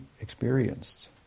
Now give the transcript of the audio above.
experienced